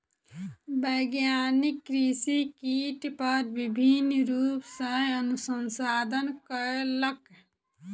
वैज्ञानिक कृषि कीट पर विभिन्न रूप सॅ अनुसंधान कयलक